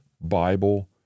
Bible